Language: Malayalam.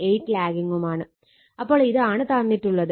8 ലാഗിംഗുമാണ് അപ്പോൾ ഇതാണ് തന്നിട്ടുള്ളത്